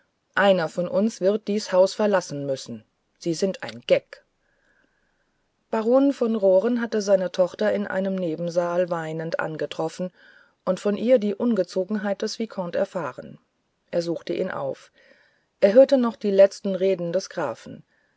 einer von uns wird dies haus verlassen müssen sie sind ein geck baron von roren hatte seine tochter in einem nebensaale weinend angetroffen und von ihr die ungezogenheit des vicomte erfahren er suchte ihn auf er hörte noch die letzten reden des grafen